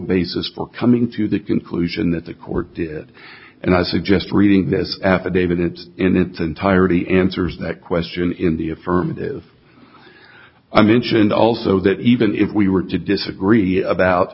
for coming to the conclusion that the court did and i suggest reading this affidavit it in its entirety answers that question in the affirmative i mentioned also that even if we were to disagree about